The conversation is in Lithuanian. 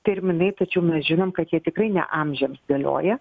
terminai tačiau mes žinom kad jie tikrai ne amžiams galioja